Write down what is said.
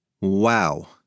Wow